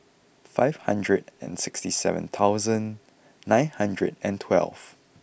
five hundred and sixty seven thousand nine hundred and twelve